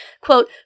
quote